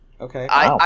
Okay